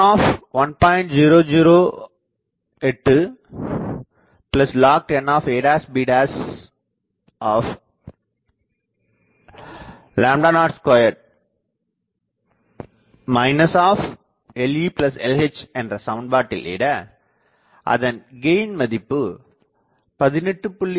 008log10ab02 lelh என்ற சமன்பாட்டிலிட அதன் கெயின் மதிப்பு 18